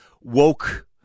woke